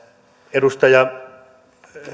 edustaja